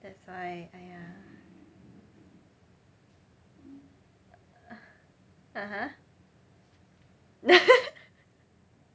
that's why !aiya! (uh huh)